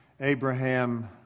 Abraham